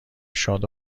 شاد